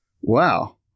Wow